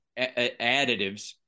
additives